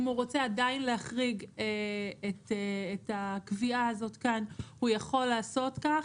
אם הוא רוצה עדיין להחריג את הקביעה הזאת כאן הוא יכול לעשות כך,